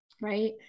right